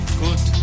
good